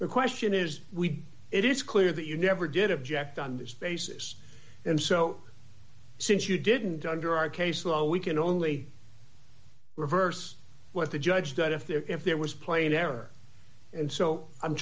the question is we it is clear that you never did object on this basis and so since you didn't under our case law we can only reverse what the judge got if there if there was plain error and so i'm